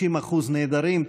90% נעדרים,